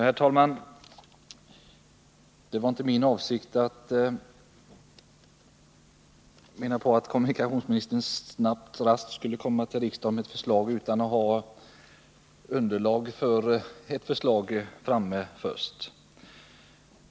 Herr talman! Det var inte min avsikt att kommunikationsministern snabbt skulle komma till riksdagen med ett förslag utan att först ha underlag för ett sådant.